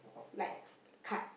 like cut